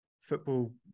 football